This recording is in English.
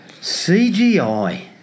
CGI